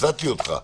הפסדתי אותך.